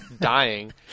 dying